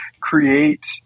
create